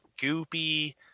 goopy